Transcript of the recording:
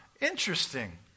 interesting